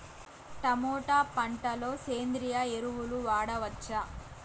Tomato పంట లో సేంద్రియ ఎరువులు వాడవచ్చా?